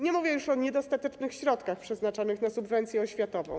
Nie mówię już o niedostatecznych środkach przeznaczanych na subwencję oświatową.